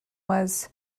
was